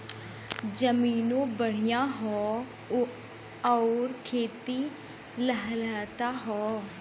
जमीनों बढ़िया हौ आउर खेतो लहलहात हौ